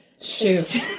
Shoot